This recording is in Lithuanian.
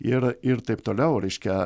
ir ir taip toliau reiškia